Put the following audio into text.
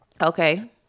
okay